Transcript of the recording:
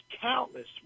countless